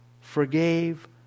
forgave